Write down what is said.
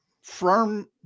firm